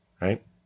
right